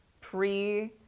Pre